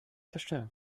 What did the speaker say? zerstören